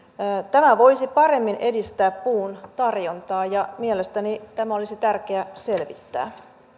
tämä voisi paremmin edistää puun tarjontaa ja mielestäni tämä olisi tärkeä selvittää